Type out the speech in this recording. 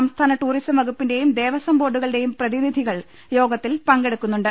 സംസ്ഥാന ടൂറിസം വകു പ്പിന്റെയും ദേവസ്വം ബോർഡുകളുടെയും പ്രതിനിധികൾ യോഗ ത്തിൽ പങ്കെടുക്കുന്നുണ്ട്